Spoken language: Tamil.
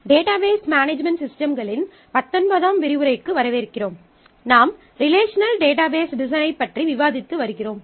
டேட்டாபேஸ் மேனேஜ்மென்ட் சிஸ்டம்களின் பத்தொன்பதாம் விரிவுரைக்கு வரவேற்கிறோம் நாம் ரிலேஷனல் டேட்டாபேஸ் டிசைனைப் பற்றி விவாதித்து வருகிறோம்